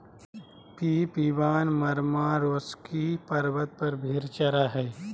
Pip Ivan Marmarosky पर्वत पर भेड़ चरा हइ